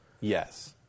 Yes